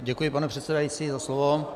Děkuji, pane předsedající, za slovo.